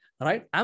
right